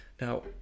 Now